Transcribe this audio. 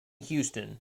houston